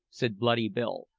said bloody bill,